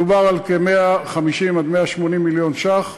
מדובר על 150 180 מיליון ש"ח.